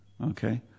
Okay